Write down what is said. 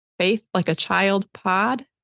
faithlikeachildpod